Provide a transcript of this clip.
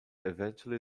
eventually